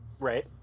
Right